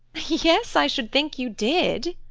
yes, i should think you did.